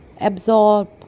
absorb